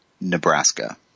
Nebraska